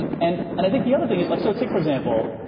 and and i think the other thing is, like so take for example